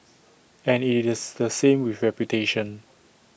and IT is the same with reputation